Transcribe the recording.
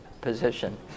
position